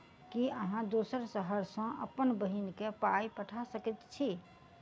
की अहाँ दोसर शहर सँ अप्पन बहिन केँ पाई पठा सकैत छी?